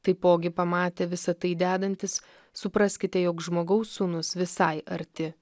taipogi pamatę visa tai dedantis supraskite jog žmogaus sūnus visai arti